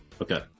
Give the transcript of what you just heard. Okay